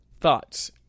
thoughts